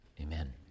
Amen